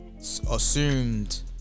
Assumed